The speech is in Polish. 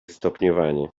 stopniowanie